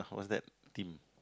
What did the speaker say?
how was that theme